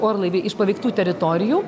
orlaiviai iš paveiktų teritorijų